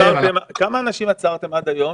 כמה אנשים עצרתם עד היום,